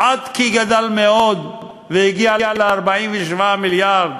עד כי גדל מאוד והגיע ל-47 מיליארד,